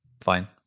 fine